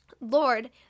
Lord